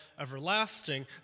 everlasting